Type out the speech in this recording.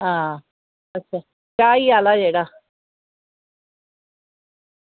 आं चाही आह्ला जेह्ड़ा